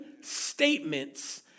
statements